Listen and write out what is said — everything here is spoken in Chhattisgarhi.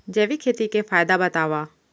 जैविक खेती के फायदा बतावा?